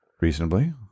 Reasonably